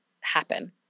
happen